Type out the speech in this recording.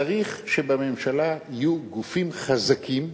צריך שבממשלה יהיו גופים חזקים,